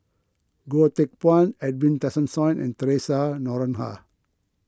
Goh Teck Phuan Edwin Tessensohn and theresa Noronha